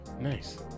Nice